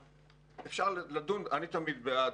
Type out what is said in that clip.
אפשר לדון, אני תמיד בעד.